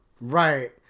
Right